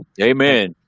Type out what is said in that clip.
Amen